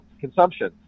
consumption